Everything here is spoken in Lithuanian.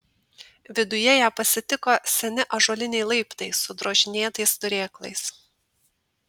viduje ją pasitiko seni ąžuoliniai laiptai su drožinėtais turėklais